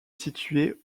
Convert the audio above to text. située